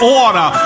order